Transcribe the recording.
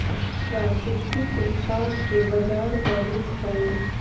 प्राकृतिक उत्पाद के बाजार बढ़ित हइ